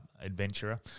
adventurer